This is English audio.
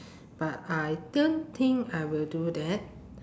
but I don't think I will do that